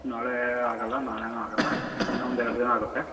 ನಾಳೆ ಆಗೋಲ್ಲ ನಾಳೆಯೂ ಆಗೋಲ್ಲ ಇನ್ನು ಒಂದೆರಡು ದಿನ ಆಗುತ್ತೆ